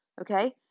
Okay